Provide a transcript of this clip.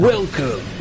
Welcome